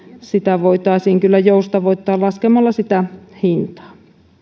sitä voitaisiin kyllä joustavoittaa laskemalla sitä hintaa